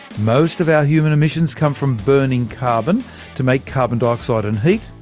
most of our human emissions come from burning carbon to make carbon dioxide and heat.